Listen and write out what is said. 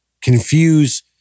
confuse